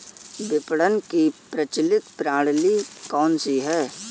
विपणन की प्रचलित प्रणाली कौनसी है?